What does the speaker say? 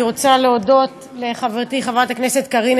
אני רוצה להודות לחברתי חברת הכנסת קארין